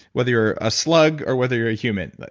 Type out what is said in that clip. whether you're a slug, or whether you're a human. but